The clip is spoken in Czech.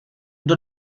kdo